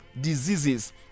diseases